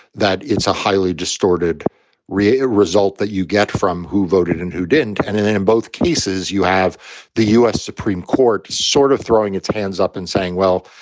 that it's a highly distorted reha result that you get from who voted and who didn't. and then in both cases, you have the us supreme court sort of throwing its hands up and saying, well,